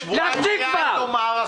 שבועיים הייתה לנו מערכה קשה.